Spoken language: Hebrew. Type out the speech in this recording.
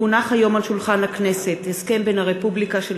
כי הונח היום על שולחן הכנסת הסכם בין הרפובליקה של